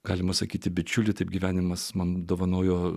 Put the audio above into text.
galima sakyti bičiulį taip gyvenimas man dovanojo